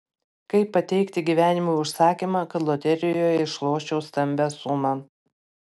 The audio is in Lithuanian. kaip pateikti gyvenimui užsakymą kad loterijoje išloščiau stambią sumą